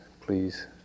please